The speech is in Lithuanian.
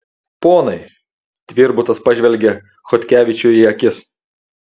ponai tvirbutas pažvelgia chodkevičiui į akis